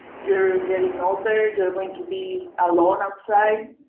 you're getting older to be alone outside.